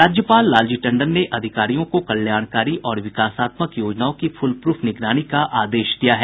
राज्यपाल लालजी टंडन ने अधिकारियों को कल्याणकारी और विकासात्मक योजनाओं की फूलप्र्फ निगरानी का आदेश दिया है